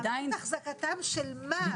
עלות אחזקתם של מה?